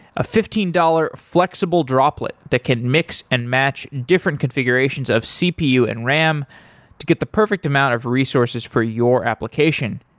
a fifteen dollars flexible droplet that can mix and match different configurations of cpu and ram to get the perfect amount of resources for your application.